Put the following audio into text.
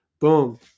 boom